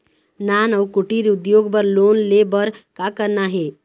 नान अउ कुटीर उद्योग बर लोन ले बर का करना हे?